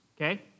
okay